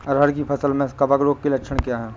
अरहर की फसल में कवक रोग के लक्षण क्या है?